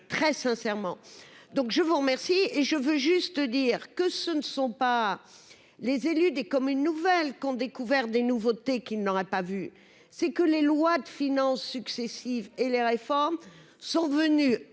très sincèrement, donc je vous remercie et je veux juste dire que ce ne sont pas les élus des communes nouvelles qu'ont découvert des nouveautés qui n'aurait pas vu, c'est que les lois de finance successives et les réformes sont venus